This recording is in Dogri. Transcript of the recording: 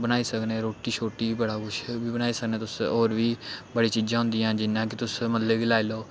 बनाई सकने रोटी शोटी बड़ा कुछ बनाई सकने तुस होर बी बड़ी चीज़ां होंदियां जि'यां कि तुस मतलब लाई लैओ